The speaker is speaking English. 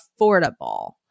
affordable